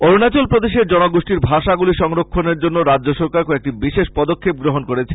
অরুনাচলপ্রদেশের জনগোষ্ঠির ভাষাগুলি সংরক্ষনের জন্য রাজ্য সরকার কয়েকটি বিশেষ পদক্ষেপ গ্রহন করেছে